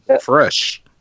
fresh